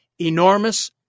enormous